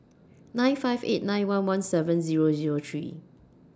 nine five eight nine one one seven Zero Zero three